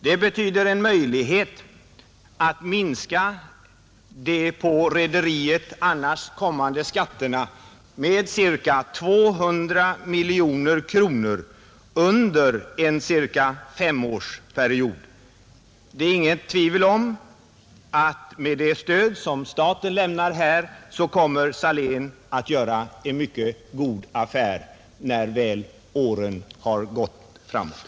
Det betyder en möjlighet att minska de på rederiet annars kommande skatterna med ca 200 miljoner kronor under en period av kanske fem år. Det är föga tvivel om att Salénrederierna, med det stöd som staten lämnar, kommer att göra en på sikt mycket god affär.